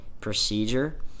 procedure